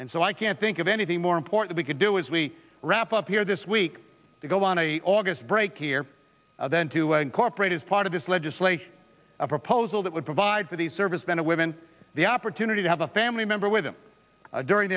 and so i can't think of anything more important we could do as we wrap up here this week to go on a august break here then to incorporate as part of this legislation a proposal that would provide for the servicemen and women the opportunity to have a family member with them during